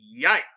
Yikes